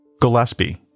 Gillespie